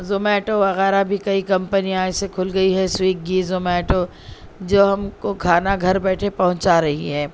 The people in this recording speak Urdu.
زومیٹو وغیرہ بھی کئی کمپنیاں ایسے کھل گئی ہے سویگی زومیٹو جو ہم کو کھانا گھر بیٹھے پہنچا رہی ہے